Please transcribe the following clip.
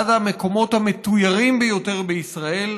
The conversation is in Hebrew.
אחד המקומות המתוירים ביותר בישראל,